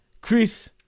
chris